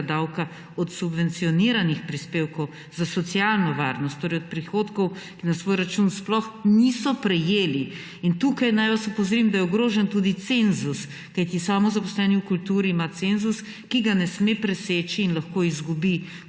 od subvencioniranih prispevkov za socialno varnost, torej od prihodkov, ki jih na svoj račun sploh niso prejeli? In tukaj naj vas opozorim, da je ogrožen tudi cenzus, kajti samozaposleni v kulturi ima cenzus, ki ga ne sme preseči, in lahko izgubi